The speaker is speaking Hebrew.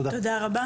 תודה.